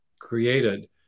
created